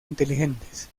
inteligentes